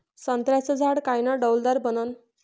संत्र्याचं झाड कायनं डौलदार बनन?